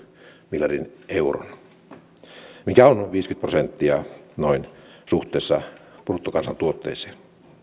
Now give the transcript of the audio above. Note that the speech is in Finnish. miljardin euron mikä on noin viisikymmentä prosenttia suhteessa bruttokansantuotteeseen